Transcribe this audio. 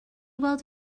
weld